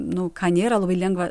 nu ką nėra labai lengva